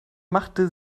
machte